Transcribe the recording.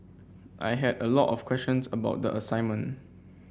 I had a lot of questions about the assignment